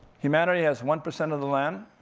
humanity has one percent of the land,